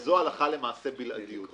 וזו הלכה למעשה בלעדיות.